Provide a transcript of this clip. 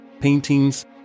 paintings